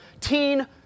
teen